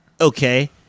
okay